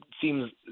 seems